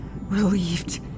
relieved